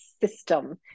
system